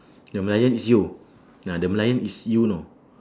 the merlion is you ya the merlion is you you know